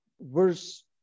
verse